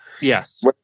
yes